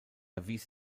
erwies